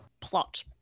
plot